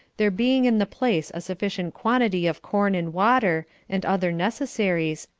there being in the place a sufficient quantity of corn and water, and other necessaries,